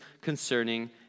concerning